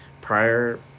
Prior